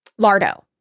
Lardo